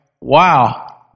wow